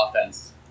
offense